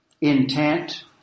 intent